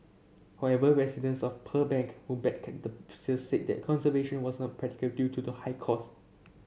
however residents of Pearl Bank who backed sale said that conservation was not practical due to the high cost